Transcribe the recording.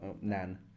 Nan